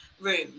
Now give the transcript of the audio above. room